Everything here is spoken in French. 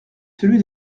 celui